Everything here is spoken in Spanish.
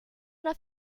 una